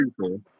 people